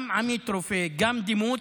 גם עמית רופא וגם דימות,